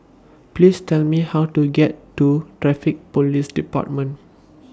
Please Tell Me How to get to Traffic Police department